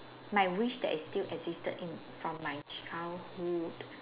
my wish that is still existed in from my childhood